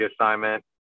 assignment